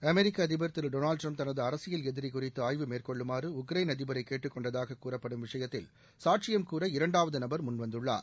அமெரிக்க அதிபர் Donald Trump தனது அரசியல் எதிரி குறித்து ஆய்வு மேற்கொள்ளுமாறு உக்ரைன் அதிபரை கேட்டுக்கொண்டதாக கூறப்படும் விஷயத்தில் சாட்சியம் கூற இரண்டாவது நபர் முன்வந்துள்ளார்